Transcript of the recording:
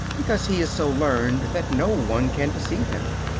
because he is so learned that no one can deceive him.